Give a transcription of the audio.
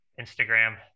instagram